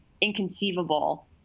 inconceivable